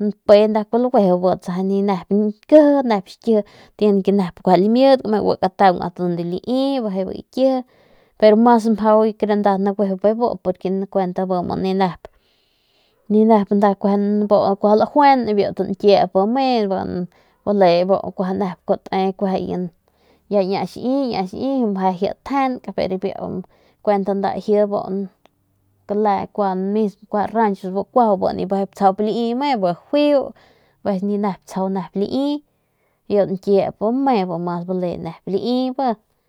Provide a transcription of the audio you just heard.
mpe nda bu kuaju laguiju ni nep nkiji y kiua nep xkiji gua kataung ast unde lai pero mas mjau nda laji naguiju laji bi nda nip nau lajuen biu tañkiep bi me kle bu kuaju nda rancho nip tsjau lai pik nip tsjau nep lai y bu nkiep bi me y bi ni.